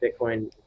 bitcoin